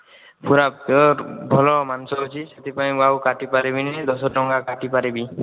ପୁରା ପିଓର ଭଲ ମାଂସ ଅଛି ସେଥିପାଇଁ ମୁଁ ଆଉ କାଟିପାରିବିନି ଦଶ ଟଙ୍କା କାଟିପାରିବି